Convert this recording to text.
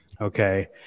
Okay